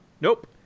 Nope